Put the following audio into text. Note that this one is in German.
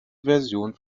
version